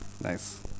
Nice